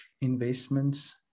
investments